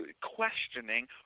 questioning